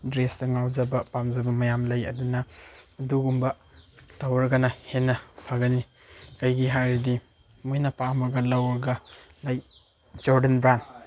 ꯗ꯭ꯔꯦꯁꯇ ꯉꯥꯎꯖꯕ ꯄꯥꯝꯖꯕ ꯃꯌꯥꯝ ꯂꯩ ꯑꯗꯨꯅ ꯑꯗꯨꯒꯨꯝꯕ ꯇꯧꯔꯒꯅ ꯍꯦꯟꯅ ꯐꯒꯅꯤ ꯀꯩꯒꯤ ꯍꯥꯏꯔꯗꯤ ꯃꯣꯏꯅ ꯄꯥꯝꯃꯒ ꯂꯧꯔꯒ ꯂꯥꯏꯛ ꯖꯣꯔꯗꯟ ꯕ꯭ꯔꯥꯟ